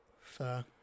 Fair